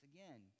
Again